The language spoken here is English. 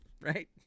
right